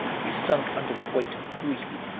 he sunk under the weight of grief,